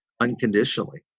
unconditionally